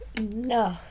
No